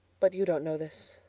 but you don't know this.